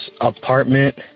apartment